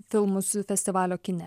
filmus festivalio kine